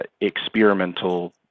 experimental